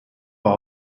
war